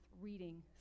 reading